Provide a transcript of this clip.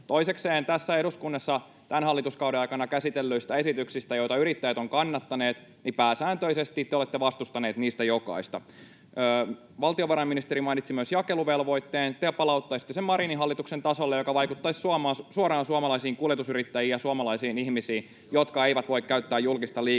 Toisekseen tässä eduskunnassa tämän hallituskauden aikana käsitellyistä esityksistä, joita yrittäjät ovat kannattaneet, pääsääntöisesti te olette vastustaneet jokaista. Valtiovarainministeri mainitsi myös jakeluvelvoitteen. Te palauttaisitte sen Marinin hallituksen tasolle, mikä vaikuttaisi suoraan suomalaisiin kuljetusyrittäjiin ja suomalaisiin ihmisiin, jotka eivät voi käyttää julkista liikennettä.